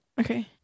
Okay